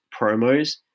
promos